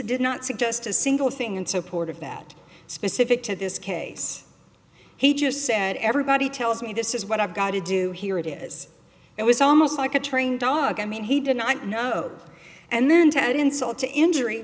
did not suggest a single thing in support of that specific to this case he just said everybody tells me this is what i've got to do here it is it was almost like a trained dog i mean he did not know and then to insult to injury